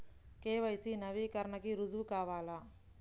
KYC నవీకరణకి రుజువు కావాలా?